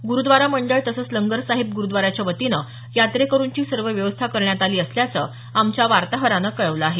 गुरुद्वारा मंडळ तसच लंगर साहिब ग्रुद्वाराच्या वतीनं यात्रेकरूंची सर्व व्यवस्था करण्यात आली असल्याचं आमच्या वार्ताहरानं कळवलं आहे